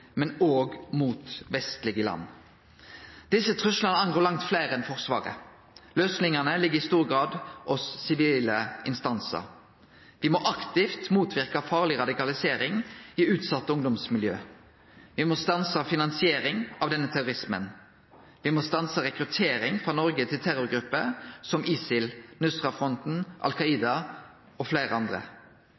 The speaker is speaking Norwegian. men òg mot vestlege land. Desse truslane angår langt fleire enn Forsvaret. Løysingane ligg i stor grad hos sivile instansar. Me må aktivt motverke farleg radikalisering i utsette ungdomsmiljø. Me må stanse finansieringa av denne terrorismen. Me må stanse rekruttering frå Noreg til terrorgrupper som ISIL, Nusrafronten, Al Qaida og fleire andre.